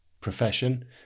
profession